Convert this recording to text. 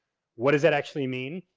what does that actually mean?